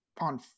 on